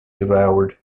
devoured